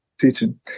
teaching